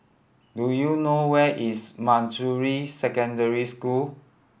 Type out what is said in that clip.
do you know where is Manjusri Secondary School